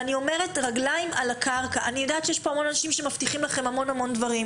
אני יודעת שיש המון אנשים שמבטיחים לכם המון דברים,